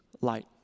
light